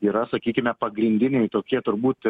yra sakykime pagrindiniai tokie turbūt